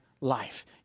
life